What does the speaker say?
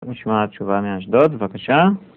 נשמע התשובה מאשדוד, בבקשה.